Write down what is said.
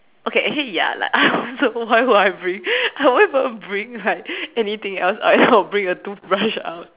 okay actually ya like I wonder why would I bring I won't even bring like anything else I'm gonna bring the toothbrush out